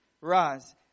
Rise